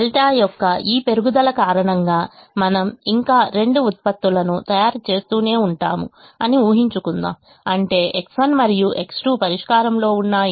ẟ యొక్క ఈ పెరుగుదల కారణంగా మనము ఇంకా రెండు ఉత్పత్తులను తయారుచేస్తూనే ఉంటాము అని ఊహించుకుందాము అంటే X1 మరియు X2 పరిష్కారంలో ఉన్నాయి